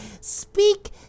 speak